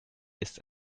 ist